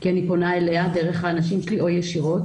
כי אני פונה אליה דרך האנשים שלי או ישירות